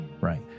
right